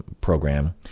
program